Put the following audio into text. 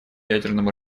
ядерному